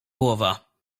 głowa